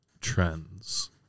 Trends